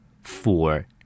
Four